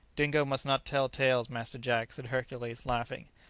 dingo must not tell tales, master jack, said hercules, laughing.